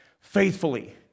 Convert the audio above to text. faithfully